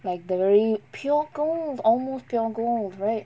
like the very pure gold almost pure gold right